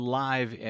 live